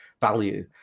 value